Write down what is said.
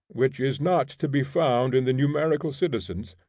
which is not to be found in the numerical citizens,